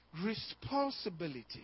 Responsibility